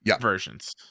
versions